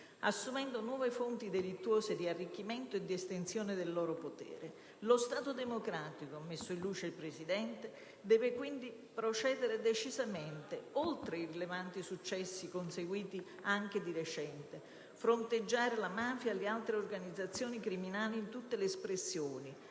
assumendo nuove fonti delittuose di arricchimento e di estensione del loro potere. Lo Stato democratico, come ha messo in luce il Presidente, deve quindi procedere decisamente oltre i rilevanti successi conseguiti anche di recente; deve fronteggiare la mafia e le altre organizzazioni criminali in tutte le espressioni: